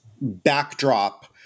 backdrop